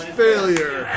failure